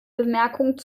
bemerkung